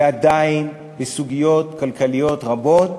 ועדיין בסוגיות כלכליות רבות